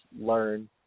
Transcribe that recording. learn